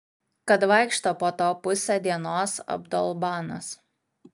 kad vaikšto po to pusę dienos abdolbanas